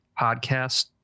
podcast